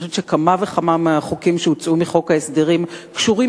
כמה וכמה חוקים שהוצאו מחוק ההסדרים קשורים